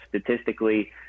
statistically